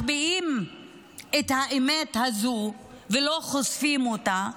מחביאים את האמת הזו ולא חושפים אותה,